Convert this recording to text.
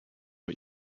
but